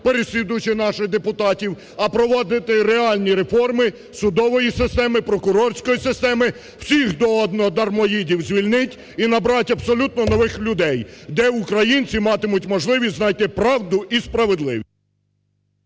переслідуючи наших депутатів, в проводити реальні реформи судової системи, прокурорської системи, всіх до одного дармоїдів звільнити і набрати абсолютно нових людей, де українці матимуть можливість знайти правду і справедливість.